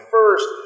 First